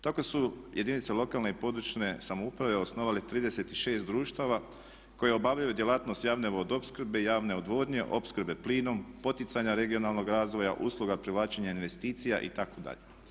Tako su jedinice lokalne i područne samouprave osnovale 36 društava koje obavljaju djelatnost javne vodoopskrbe, javne odvodnje, opskrbe plinom, poticanja regionalnog razvoja, usluga privlačenja investicija itd.